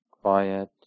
quiet